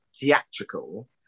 theatrical